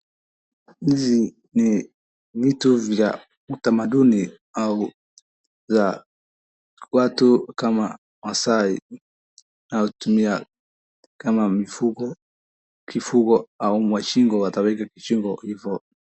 Hizi ni vitu vya utamaduni au za watu kama Maasai na hutumia kama kifugo au mwashingo au wataweka kwa shingo hivo.